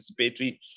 participatory